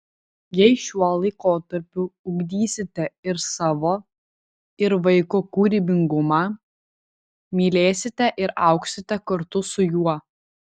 jei šiuo laikotarpiu ugdysite ir savo ir vaiko kūrybingumą mylėsite ir augsite kartu su juo